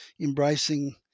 embracing